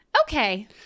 Okay